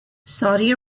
saudi